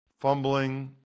fumbling